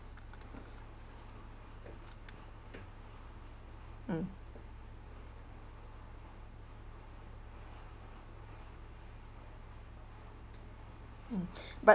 mm mm but